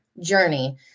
journey